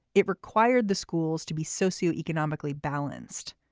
it required the schools to be socio economically balanced.